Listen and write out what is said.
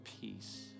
peace